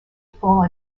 fall